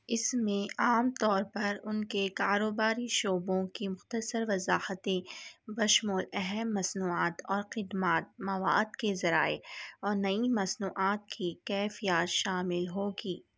اس میں عام طور پر ان کے کاروباری شعبوں کی مختصر وضاحتیں بشمول اہم مصنوعات اور خدمات مواد کے ذرائع اور نئی مصنوعات کی کیفیات شامل ہوگی